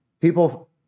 People